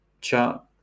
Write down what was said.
chat